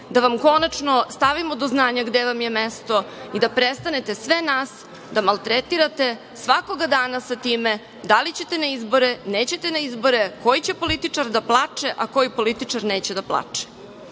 da vam konačno stavimo do znanja gde vam je mesto i da prestanete sve nas da maltretirate svakoga dana sa time da li ćete na izbore, nećete na izbore, koji će političar da plače, a koji političar neće da plače. Sve